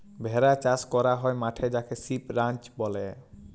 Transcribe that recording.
ভেড়া চাস ক্যরা হ্যয় মাঠে যাকে সিপ রাঞ্চ ব্যলে